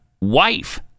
wife